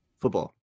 Football